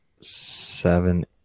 seven